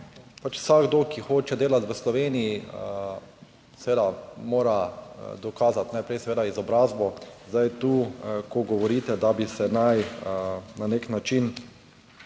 pač vsakdo, ki hoče delati v Sloveniji, seveda mora dokazati najprej seveda izobrazbo. Zdaj tu, ko govorite, da bi se naj na nek način